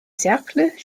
cercles